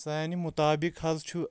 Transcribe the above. سانہِ مُطابق حظ چھُ